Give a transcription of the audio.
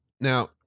Now